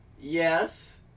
Yes